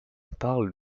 parle